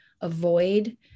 Avoid